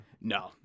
No